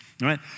right